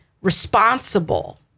responsible